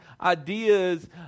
ideas